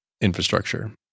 infrastructure